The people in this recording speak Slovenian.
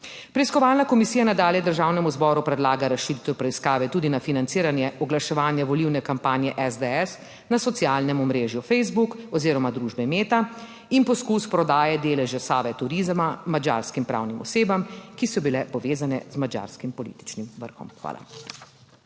Preiskovalna komisija nadalje Državnemu zboru predlaga razširitev preiskave tudi na financiranje oglaševanja volilne kampanje SDS na socialnem omrežju Facebook oziroma družbe Meta in poskus prodaje deleža Save Turizma madžarskim pravnim osebam, ki so bile povezane z madžarskim političnim vrhom. Hvala.